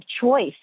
choice